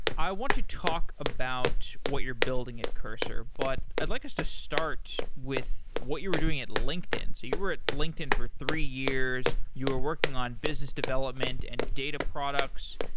i want to talk about what you're building at cursor, but i'd like us to start with what you were doing at linkedin. so you were at linkedin for three years. you are working on business development and data products.